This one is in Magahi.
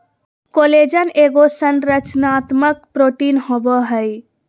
कोलेजन एगो संरचनात्मक प्रोटीन होबैय हइ